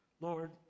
Lord